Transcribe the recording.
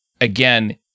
again